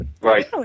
Right